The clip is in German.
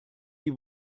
die